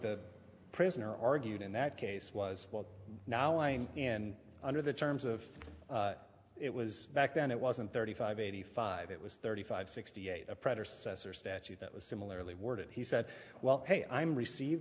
the prisoner argued in that case was now lying and under the terms of it was back then it wasn't thirty five eighty five it was thirty five sixty eight a predecessor statute that was similarly worded he said well hey i'm received